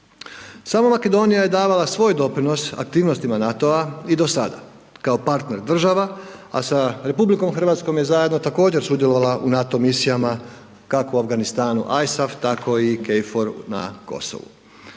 Sama Makedonija je davala svoj doprinos aktivnostima NATO-a i do sada, kao partner država a sa RH je zajedno također sudjelovala u NATO misijama kako u Afganistanu ISAF tako i KFOR na Kosovu.